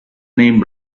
name